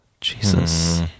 Jesus